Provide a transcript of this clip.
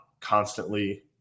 constantly